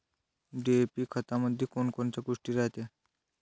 DAP खतामंदी कोनकोनच्या गोष्टी रायते?